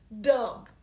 dumb